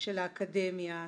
של האקדמיה.